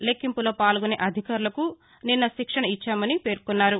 లెక్కింపులో పాల్గొనే అధికారులకు నిన్న శిక్షణ ఇచ్చామని పేర్కొన్నారు